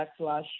backslash